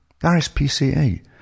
RSPCA